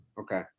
Okay